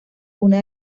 una